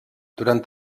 durant